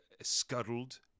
scuttled